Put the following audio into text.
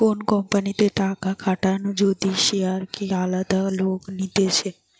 কোন কোম্পানিতে টাকা খাটানো যদি শেয়ারকে আলাদা লোক নিতেছে